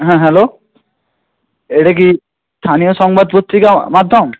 হ্যাঁ হ্যালো এটা কি স্থানীয় সংবাদ পত্রিকা মাধ্যম